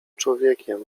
człowiekiem